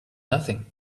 nothing